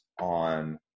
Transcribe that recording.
on